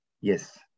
Yes